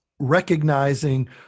recognizing